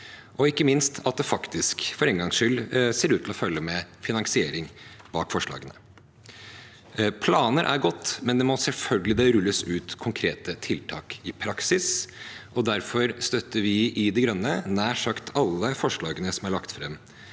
og ikke minst at det faktisk for en gangs skyld ser ut til å følge finansiering med forslagene. Planer er godt å ha, men det må selvfølgelig rulles ut konkrete tiltak i praksis, og derfor støtter vi i Miljøpartiet De Grønne nær sagt alle forslagene som er lagt fram